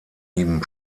ihm